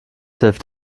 hilft